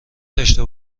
داشته